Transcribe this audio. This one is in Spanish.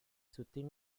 sutil